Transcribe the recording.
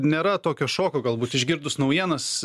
nėra tokio šoko galbūt išgirdus naujienas